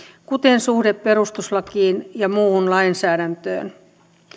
kuten suhde perustuslakiin ja muuhun lainsäädäntöön